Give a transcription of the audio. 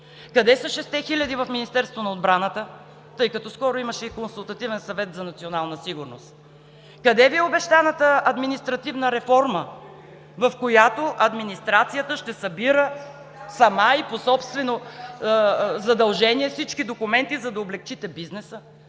Къде са шестте хиляди в Министерството на отбраната, тъй като скоро имаше и Консултативен съвет за национална сигурност? Къде Ви е обещаната административна реформа, в която администрацията ще събира сама и по собствено задължение всички документи, за да облекчите бизнеса?